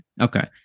Okay